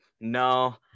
No